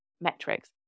metrics